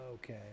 Okay